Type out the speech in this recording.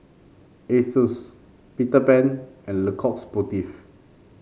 Asus Peter Pan and Le Coq Sportif